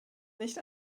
nicht